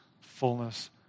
fullness